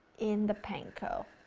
in the panko,